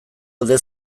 alde